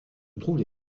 trouvent